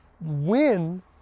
win